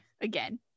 again